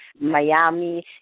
Miami